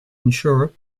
ensure